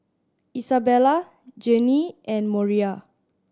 Isabella Janey and Moriah